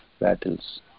battles